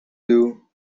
doo